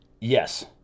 Yes